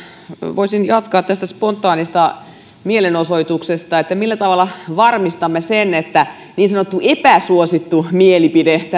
voisin jatkaa tästä spontaanista mielenosoituksesta eli siitä millä tavalla varmistamme sen että niin sanottua epäsuosittua mielipidettä